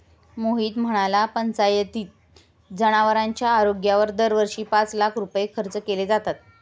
मोहित म्हणाला, पंचायतीत जनावरांच्या आरोग्यावर दरवर्षी पाच लाख रुपये खर्च केले जातात